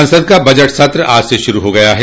संसद का बजट सत्र आज से शुरू हो गया है